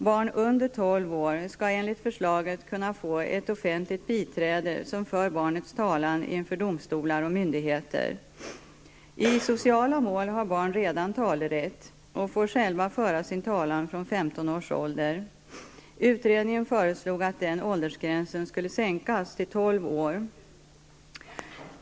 Barn under tolv år skall enligt förslaget kunna få ett offentligt biträde som för barnets talan inför domstolar och myndigheter. I sociala mål har barn redan talerätt och får själva föra sin talan från 15 års ålder.